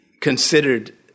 considered